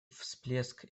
всплеск